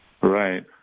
right